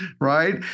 right